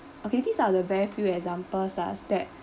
okay these are the very few examples lah s that